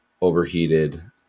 overheated